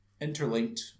interlinked